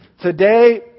Today